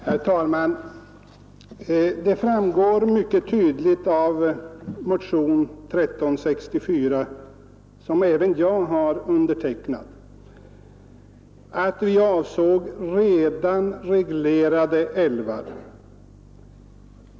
Herr talman! Det framgår mycket tydligt av motionen 1364, som även jag har undertecknat, att vi avsåg endast redan reglerade älvar.